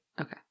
Okay